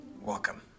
Welcome